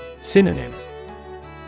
Synonym